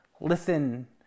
Listen